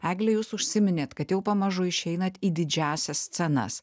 egle jūs užsiminėt kad jau pamažu išeinat į didžiąsias scenas